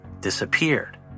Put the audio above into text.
disappeared